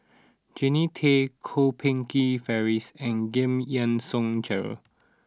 Jannie Tay Kwok Peng Kin Francis and Giam Yean Song Gerald